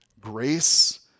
grace